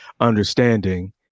understanding